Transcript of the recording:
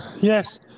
Yes